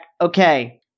okay